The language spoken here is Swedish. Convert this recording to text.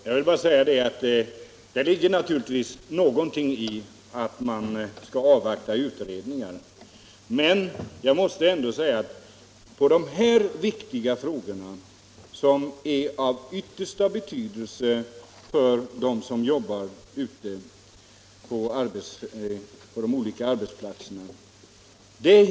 Herr talman! Det ligger naturligtvis någonting i att man skall avvakta utredningar. Men dessa frågor är av yttersta betydelse för dem som jobbar ute på de olika arbetsplatserna.